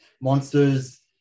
monsters